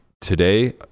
today –